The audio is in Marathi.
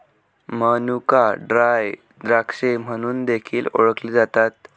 मनुका ड्राय द्राक्षे म्हणून देखील ओळखले जातात